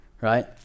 right